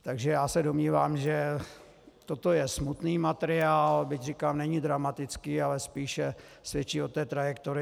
Takže já se domnívám, že toto je smutný materiál, byť říkám, není dramatický, ale spíše svědčí o té trajektorii.